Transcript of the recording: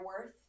worth